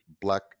black